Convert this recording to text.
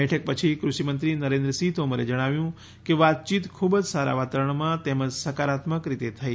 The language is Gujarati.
બેઠક પછી કૃષિમંત્રી નરેન્દ્રસિંહ તોમરે જણાવ્યું કે વાતચીત ખૂબ જ સારા વાતાવરણમાં તેમજ સકારાત્મક રીતે થઈ